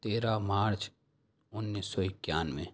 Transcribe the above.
تیرہ مارچ انیس سو اکیانوے